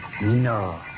No